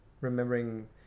remembering